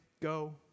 go